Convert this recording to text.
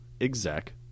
exec